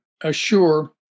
assure